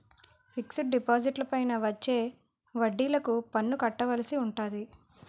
fixed డిపాజిట్లపైన వచ్చే వడ్డిలకు పన్ను కట్టవలసి ఉంటాది